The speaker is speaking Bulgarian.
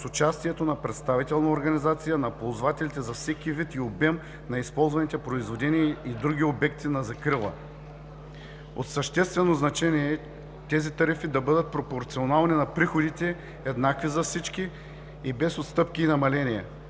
с участието на представителна организация, на ползвателите за всеки вид и обем на използваните произведения и други обекти на закрила. От съществено значение е тези тарифи да бъдат пропорционални на приходите, еднакви за всички, без отстъпки и намаления.